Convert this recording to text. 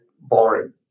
boring